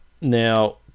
now